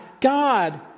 God